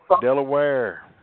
Delaware